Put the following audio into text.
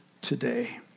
today